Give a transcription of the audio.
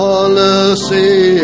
Policy